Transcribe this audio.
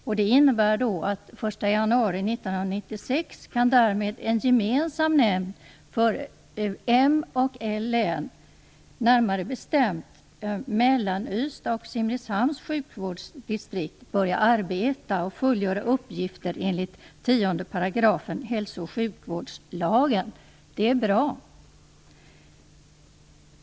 Därmed kan den 1 januari 1996 en gemensam nämnd för M-län och L-län, närmare bestämt Ystads och Simrishamns sjukvårdsdistrikt, börja arbeta och fullgöra uppgifter enligt 10 § hälso och sjukvårdslagen. Det är bra.